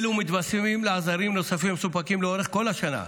אלו מתווספים לעזרים נוספים המסופקים לאורך כל השנה,